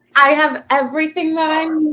i have everything that i